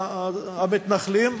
המתנחלים,